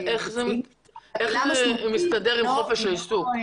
איך זה מסתדר עם חופש העיסוק?